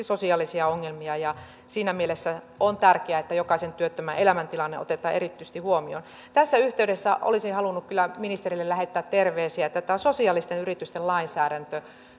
sosiaalisia ongelmia siinä mielessä on tärkeää että jokaisen työttömän elämäntilanne otetaan erityisesti huomioon tässä yhteydessä olisin halunnut kyllä ministerille lähettää terveisiä että tämä sosiaalisten yritysten lainsäädäntö